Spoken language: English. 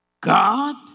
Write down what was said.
God